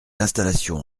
l’installation